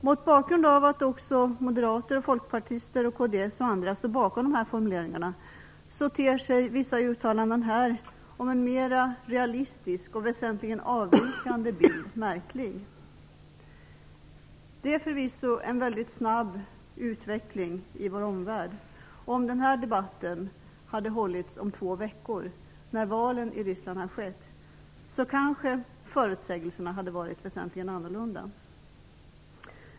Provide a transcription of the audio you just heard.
Mot bakgrund av att också moderater, folkpartister, kristdemokrater och andra står bakom dessa formuleringar ter sig vissa uttalanden här om en mera realistisk och väsentligt avvikande bild märklig. Det sker förvisso en väldigt snabb utveckling i vår omvärld. Om den här debatten hade hållits om två veckor när valen i Ryssland hade skett, kanske förutsägelserna hade varit väsentligt annorlunda.